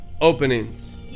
openings